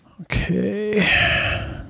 Okay